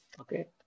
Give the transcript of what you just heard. Okay